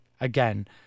again